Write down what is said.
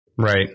Right